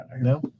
No